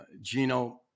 Gino